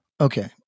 Okay